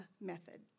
method